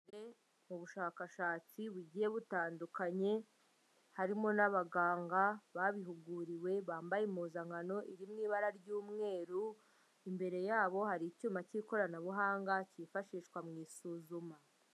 Mu bushakashatsi bugiye butandukanye, harimo n'abaganga babihuguriwe bambaye impuzankano iri mu ibara ry'umweru, imbere yabo hari icyuma cy'ikoranabuhanga cyifashishwa mu isuzuma.